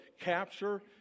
capture